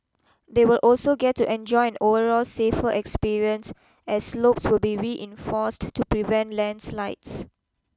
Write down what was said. they will also get to enjoy an overall safer experience as slopes will be reinforced to prevent landslides